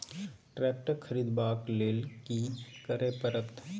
Tractor खरीदबाक लेल की करय परत?